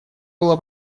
было